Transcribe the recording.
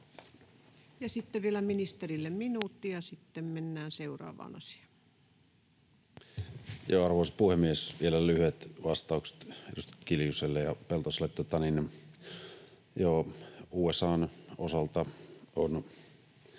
Sitten vielä ministerille minuutti, ja sitten mennään seuraavaan asiaan. Arvoisa puhemies! Vielä lyhyet vastaukset edustaja Kiljuselle ja edustaja Peltoselle. USA:n osalta